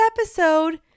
episode